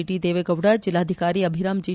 T Devegowda ಜಿಲ್ಲಾಧಿಕಾರಿ Abhiram G